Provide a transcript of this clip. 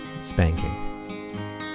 Spanking